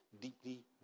deeply